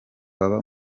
baba